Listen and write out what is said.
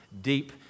deep